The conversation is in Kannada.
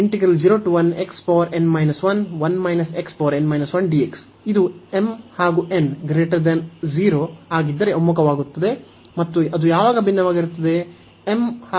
ಇದು m ಮತ್ತು n 0 ಆಗಿದ್ದರೆ ಒಮ್ಮುಖವಾಗುತ್ತದೆ ಮತ್ತು ಅದು ಯಾವಾಗ ಭಿನ್ನವಾಗಿರುತ್ತದೆ m ಮತ್ತು n≤0